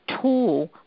tool